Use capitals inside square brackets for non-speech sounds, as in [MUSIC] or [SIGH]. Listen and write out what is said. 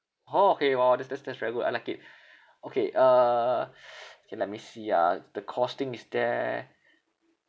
orh okay !wow! that's that's that's very good I like it [BREATH] okay uh [BREATH] okay let me see ah the costing is there